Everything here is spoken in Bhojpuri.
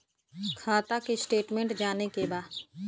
खाता के स्टेटमेंट जाने के बा?